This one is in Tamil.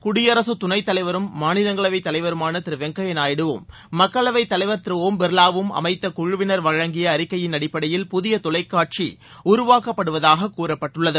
குடியரசு துணைத்தலைவரும் மாநிலங்களவை தலைவருமான திரு வெங்கய்யா நாயுடுவும் மக்களவை தலைவர் திரு ஒம் பிர்வாவும் அமைத்த குழுவினர் வழங்கிப அறிக்கையின் அடிப்படையில் புதிய தொலைக்காட்சி உருவாக்கப்படுவதாக கூறப்பட்டுள்ளது